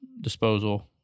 disposal